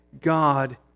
God